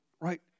right